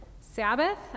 Sabbath